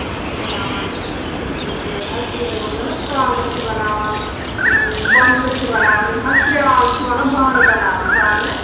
اَکھ چھِ بَناوان یہِ حظ یہِ ہَے ؤنمو نہ کانٛگٕر چھِ بَناوان کۄنٛڈلہٕ چھِ بَناوان یِم حظ کرٛال چھِ وَنان بانہٕ بَناوان بانہٕ